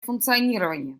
функционирование